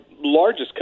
largest